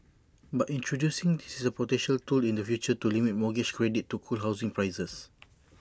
but introducing this is A potential tool in the future to limit mortgage credit to cool housing prices